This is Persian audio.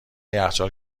یخچال